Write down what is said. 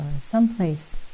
someplace